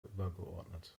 übergeordnet